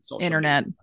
Internet